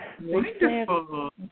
wonderful